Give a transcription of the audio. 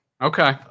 Okay